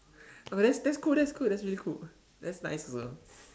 oh no that's that's cool that's cool that's really cool that's nice also